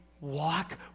walk